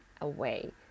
away